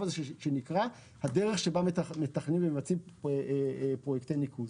הזה שנקרא הדרך שבה מתכננים ומבצעים פרויקטי ניקוז.